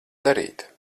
darīt